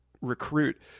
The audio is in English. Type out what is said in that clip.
recruit